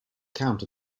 count